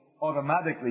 automatically